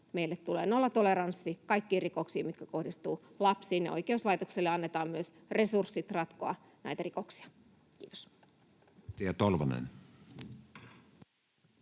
meille tulee nollatoleranssi kaikkiin rikoksiin, mitkä kohdistuvat lapsiin, ja oikeuslaitokselle annetaan myös resurssit ratkoa näitä rikoksia. — Kiitos. [Speech